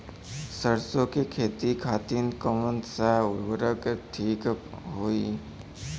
सरसो के खेती खातीन कवन सा उर्वरक थिक होखी?